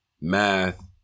Math